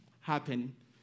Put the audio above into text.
happen